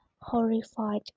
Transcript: horrified